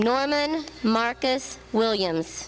norman marcus williams